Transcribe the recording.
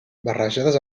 barrejades